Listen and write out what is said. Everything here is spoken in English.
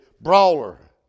brawler